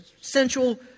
sensual